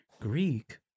Greek